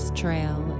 trail